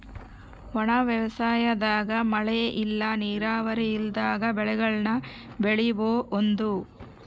ಒಣ ವ್ಯವಸಾಯದಾಗ ಮಳೆ ಇಲ್ಲ ನೀರಾವರಿ ಇಲ್ದಂಗ ಬೆಳೆಗುಳ್ನ ಬೆಳಿಬೋಒದು